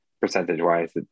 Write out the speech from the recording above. percentage-wise